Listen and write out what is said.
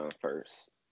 first